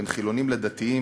בין חילונים לדתיים,